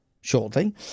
Shortly